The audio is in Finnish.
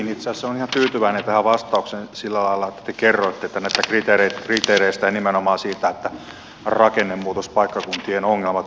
itse asiassa olen ihan tyytyväinen tähän vastaukseen sillä lailla että te kerroitte näistä kriteereistä ja nimenomaan siitä että rakennemuutospaikkakuntien ongelmat ymmärretään